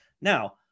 Now